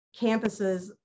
campuses